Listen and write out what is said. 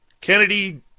Kennedy